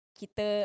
kita